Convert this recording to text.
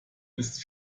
ist